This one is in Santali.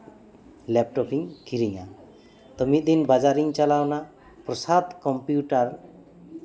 ᱞᱮᱯᱴᱚᱯ ᱤᱧ ᱠᱤᱨᱤᱧᱟ ᱛᱳ ᱢᱤᱫ ᱫᱤᱱ ᱵᱟᱡᱟᱨ ᱤᱧ ᱪᱟᱞᱟᱣ ᱮᱱᱟ ᱯᱨᱚᱥᱟᱫᱽ ᱠᱚᱢᱯᱤᱭᱩᱴᱟᱨ